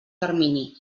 termini